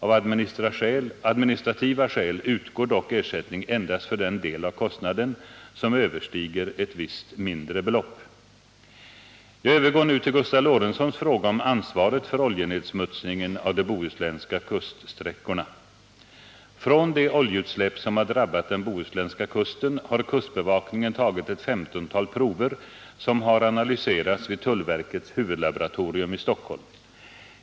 Av administrativa skäl utgår dock ersättning endast för den del av kostnaden som överstiger ett visst mindre belopp. Jag övergår nu till Gustav Lorentzons fråga om ansvaret för oljenedsmutsningen av de bohuslänska kuststräckorna. Från de oljeutsläpp som har drabbat den bohuslänska kusten har kustbevakningen tagit ett femtontal prover, som har analyserats vid tullverkets huvudlaboratorium i Stockholm.